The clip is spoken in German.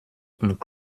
und